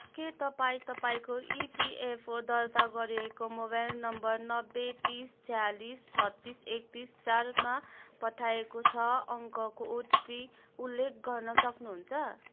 के तपाईँ तपाईँको इपिएफओ दर्ता गरिएको मोबाइल नम्बर नब्बे तिस छ्यालिस छत्तिस एकत्तिस चारमा पठाइएको छ अङ्कको ओटिपी उल्लेख गर्न सक्नुहुन्छ